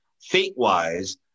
fate-wise